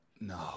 No